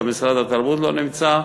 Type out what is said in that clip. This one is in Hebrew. גם משרד התרבות לא נמצא,